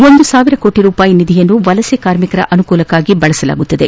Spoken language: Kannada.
ಒಂದು ಸಾವಿರ ಕೋಟಿ ರೂಪಾಯಿ ನಿಧಿಯನ್ನು ವಲಸೆ ಕಾರ್ಮಿಕರ ಅನುಕೂಲಕ್ನಾಗಿ ಬಳಸಲಾಗುವುದು